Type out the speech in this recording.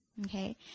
okay